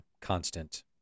constant